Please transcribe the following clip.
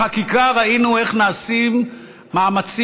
בחקיקה ראינו איך נעשים מאמצים,